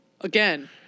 again